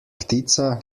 ptica